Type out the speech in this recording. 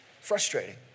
Frustrating